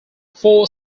four